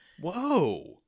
Whoa